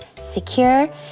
secure